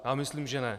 Já myslím že ne.